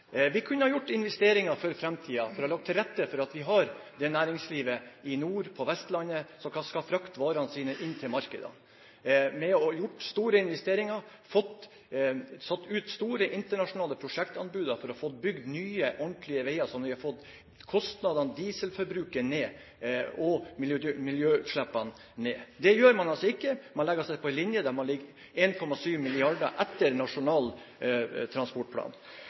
Vi kunne gjort investeringer for framtiden, lagt til rette for næringslivet i nord og på Vestlandet som skal frakte varene sine inn til markedene, gjort store investeringer, fått satt ut store internasjonale prosjektanbud for å få bygd nye, ordentlige veier, sånn at vi hadde fått kostnadene og dieselforbruket ned og miljøutslippene ned. Det gjør man altså ikke. Man legger seg på en linje der man ligger 1,7 mrd. kr etter Nasjonal transportplan.